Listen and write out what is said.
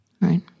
Right